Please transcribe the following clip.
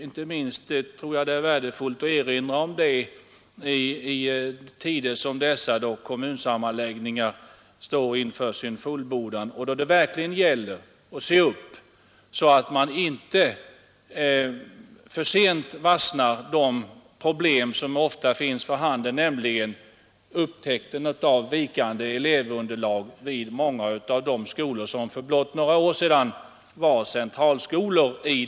Inte minst tror jag det är värdefullt att erinra om det i tider då kommunsammanläggningarna står inför sin fullbordan och då det verkligen gäller att se upp så att man inte för sent varseblir problemet med vikande elevunderlag vid många av de skolor som för blott några år sedan var centralskolor.